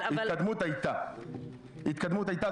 התקדמות הייתה זה